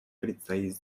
предстоит